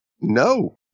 No